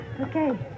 Okay